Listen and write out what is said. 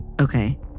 Okay